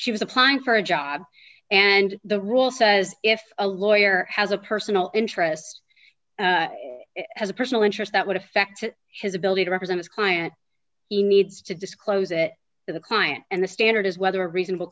she was applying for a job and the rule says if a lawyer has a personal interest has a personal interest that would affect his ability to represent his client he needs to disclose it to the client and the standard is whether a reasonable